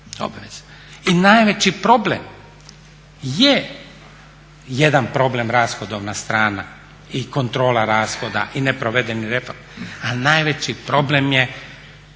I najveći problem je jedan problem rashodovna strana i kontrola rashoda i neprovedenih reformi, ali najveći problem je